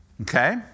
Okay